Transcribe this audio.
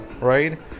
right